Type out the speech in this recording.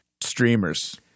streamers